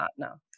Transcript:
partner